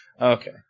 Okay